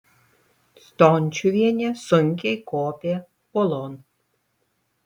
stončiuvienė sunkiai kopė uolon